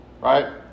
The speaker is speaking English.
Right